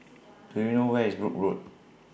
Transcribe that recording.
Do YOU know Where IS Brooke Road